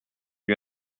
lui